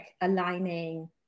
aligning